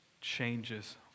changes